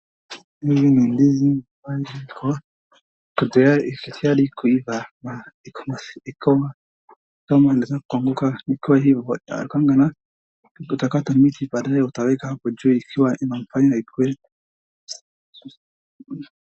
Hii ni ndizi bado haiko tayari. Ikishakuwa iva, iko yameanza kuanguka. Ikiwa hivyo bado, ukikata mti baadaye utaweka hapo juu ikiwa inafanya ikuwe.